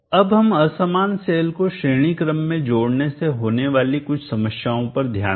अब हम असमान सेल को श्रेणी क्रम में जोड़ने से होने वाली कुछ समस्याओं पर ध्यान दें